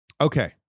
Okay